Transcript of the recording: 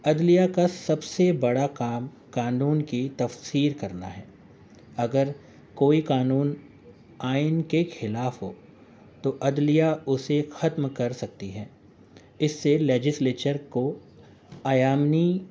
عدلیہ کا سب سے بڑا کام قانون کی تفسیر کرنا ہے اگر کوئی قانون آئین کے خلاف ہو تو عدلیہ اسے ختم کر سکتی ہے اس سے لیجسلیچر کو آیامی